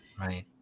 right